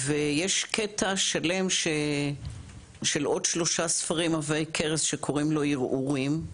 יש קטע שלם של עוד שלושה ספרים עבי כרס שקוראים לו "ערעורים",